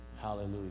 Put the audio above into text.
Hallelujah